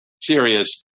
serious